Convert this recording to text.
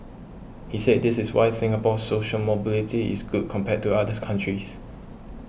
he said this is why Singapore's social mobility is good compared to others countries